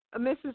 Mrs